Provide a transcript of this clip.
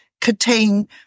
contain